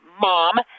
Mom